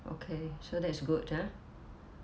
okay so that's good ah